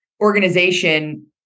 organization